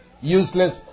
useless